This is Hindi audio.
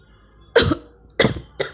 स्वायत्त व प्रेरित निवेश में क्या भेद है?